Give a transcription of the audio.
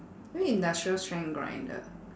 maybe industrial strength grinder